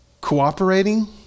cooperating